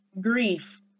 grief